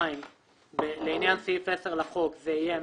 2. לעניין סעיף 10(א) לחוק זה יהיה